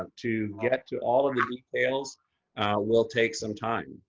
ah to get to all of the details will take some time.